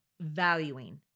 valuing